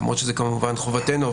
למרות שזה כמובן חובתנו.